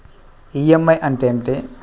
EMI అంటే ఏమిటి?